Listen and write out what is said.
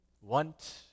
want